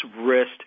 wrist